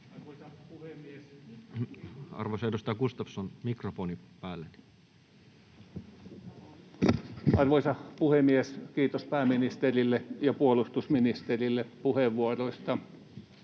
Arvoisa puhemies! Kiitos pääministerille ja puolustusministerille puheenvuoroista.